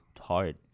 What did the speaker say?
hard